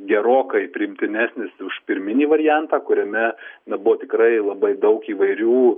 gerokai priimtinesnis už pirminį variantą kuriame na buvo tikrai labai daug įvairių